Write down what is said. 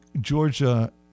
Georgia